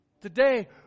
Today